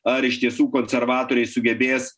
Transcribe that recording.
ar iš tiesų konservatoriai sugebės